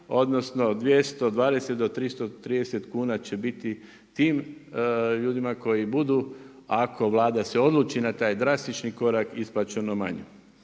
odnosno 220 do 330 kuna će biti tim ljudima koji budu ako Vlada se odluči na taj drastični korak isplaćeno manje.